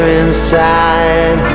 inside